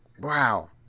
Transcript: wow